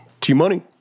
T-Money